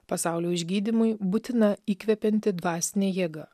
pasaulio išgydymui būtina įkvepianti dvasinė jėga